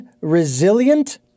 resilient